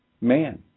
man